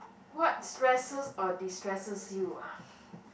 what stresses or destresses you ah